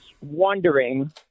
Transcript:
wondering